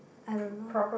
I don't know